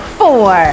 four